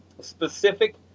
specific